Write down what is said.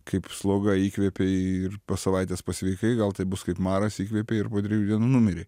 kaip sloga įkvėpei ir po savaitės pasveikai gal tai bus kaip maras įkvėpei ir po trijų dienų numirei